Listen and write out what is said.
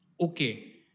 okay